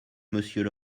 monsieur